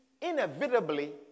inevitably